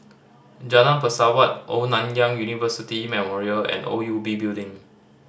Jalan Pesawat Old Nanyang University Memorial and O U B Building